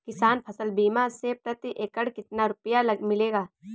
किसान फसल बीमा से प्रति एकड़ कितना रुपया मिलेगा?